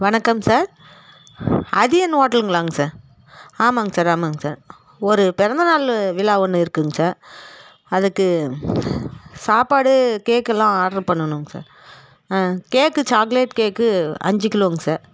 வணக்கம் சார் அதியன் ஓட்டலுங்களாங்க சார் ஆமாங்க சார் ஆமாங்க சார் ஒரு பிறந்த நாள் விழா ஒன்று இருக்குதுங்க சார் அதுக்கு சாப்பாடு கேக்கெலாம் ஆர்ட்ரு பண்ணணுங்க சார் கேக்கு சாக்லேட் கேக்கு அஞ்சு கிலோங் சார்